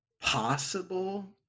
possible